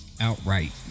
outright